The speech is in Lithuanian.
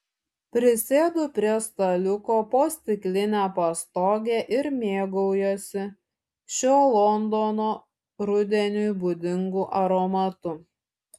prisėdu prie staliuko po stikline pastoge ir mėgaujuosi šiuo londono rudeniui būdingu aromatu